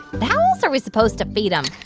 how else are we supposed to feed him?